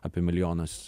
apie milijonas